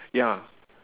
ya